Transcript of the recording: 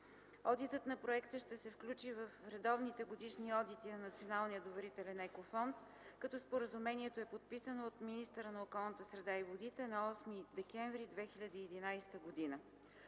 Одитът на проекта ще се включи в редовните годишни одити на Националния доверителен Еко Фонд, като споразумението е подписано от министъра на околната среда и водите на 8 декември 2011 г.